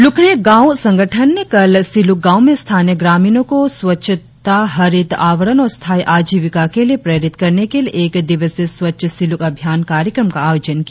लुकने गांव संगठन ने कल सिलुक गांव में स्थानीय ग्रामीणों को स्वच्छता हरित आवरण और स्थायी आजीविका के लिए प्रेरित करने के लिए एक दिवसीय स्वच्छ सिलुक अभियान कार्यक्रम का आयोजन किया